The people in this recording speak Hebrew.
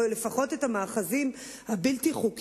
או לפחות את המאחזים הבלתי-חוקיים,